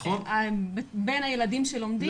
בין הילדים שלומדים